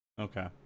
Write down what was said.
Okay